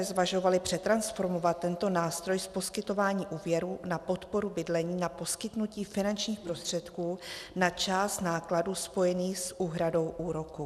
Nezvažovali jste přetransformovat tento nástroj z poskytování úvěrů na podporu bydlení na poskytnutí finančních prostředků na část nákladů spojených s úhradou úroků?